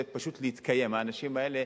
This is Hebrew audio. זה פשוט להתקיים, האנשים האלה